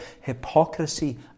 hypocrisy